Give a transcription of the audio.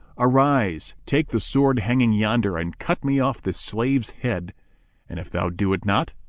arise, take the sword hanging yonder and cut me off this slave's head and, if thou do it not,